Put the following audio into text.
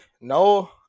No